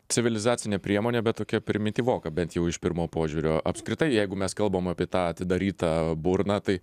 civilizacinė priemonė bet tokia primityvoka bent jau iš pirmo požiūrio apskritai jeigu mes kalbam apie tą atidarytą burną tai